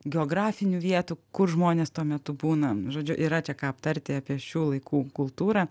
geografinių vietų kur žmonės tuo metu būna žodžiu yra čia ką aptarti apie šių laikų kultūrą